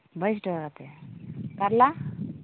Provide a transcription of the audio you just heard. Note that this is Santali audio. ᱵᱟᱭᱤᱥ ᱴᱟᱠᱟ ᱠᱟᱛᱮ ᱠᱟᱞᱞᱟ